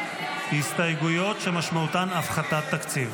ההסתייגויות לסעיף 20 בדבר הפחתת תקציב